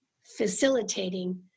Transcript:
facilitating